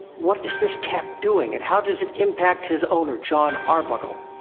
what is this cat doing, and how does it impact his owner, jon arbuckle,